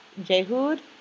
Jehud